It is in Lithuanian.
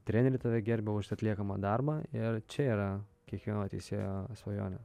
treneriai tave gerbia už atliekamą darbą ir čia yra kiekvieno teisėjo svajonė